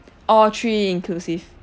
all three inclusive